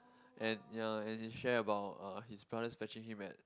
and ya and he shared about uh his brothers fetching him at